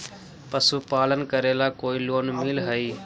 पशुपालन करेला कोई लोन मिल हइ?